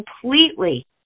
completely